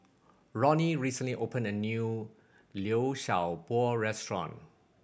Roni recently opened a new Liu Sha Bao restaurant